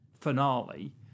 finale